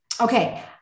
okay